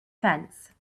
fence